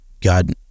God